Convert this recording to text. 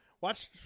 Watch